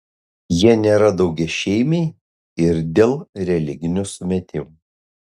jie nėra daugiašeimiai ir dėl religinių sumetimų